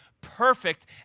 perfect